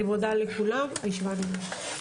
אני מודה לכולם, הישיבה נעולה.